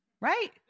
Right